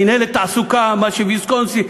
מינהלת תעסוקה, מה שהיה ויסקונסין.